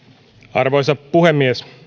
arvoisa puhemies